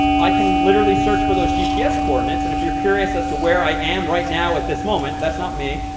i can literally search for those gps coordinates. and if you're curious as to where i am right now at this moment that's not me,